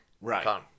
Right